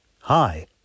Hi